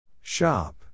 Shop